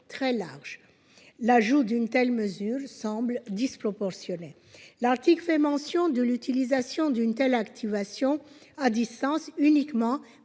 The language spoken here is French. très larges. L'ajout d'une telle disposition semble disproportionné. L'article autorise l'utilisation d'une telle activation à distance uniquement